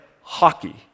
hockey